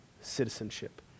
citizenship